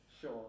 Sure